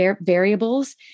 variables